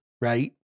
right